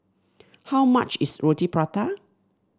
how much is Roti Prata